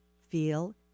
feel